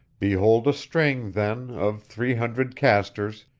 behold a string, then, of three hundred castors,